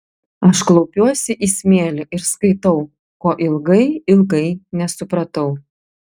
aš klaupiuosi į smėlį ir skaitau ko ilgai ilgai nesupratau